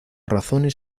razones